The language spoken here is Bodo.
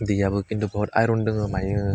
दैयाबो खिन्थु बहुथ आयरन दङो मायो